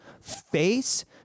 face